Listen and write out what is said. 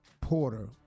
Porter